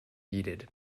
needed